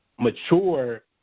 mature